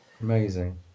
Amazing